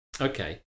Okay